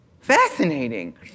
Fascinating